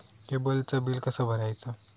केबलचा बिल कसा भरायचा?